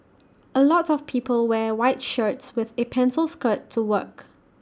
A lot of people wear white shirts with A pencil skirt to work